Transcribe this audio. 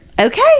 Okay